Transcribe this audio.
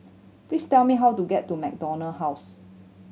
please tell me how to get to MacDonald House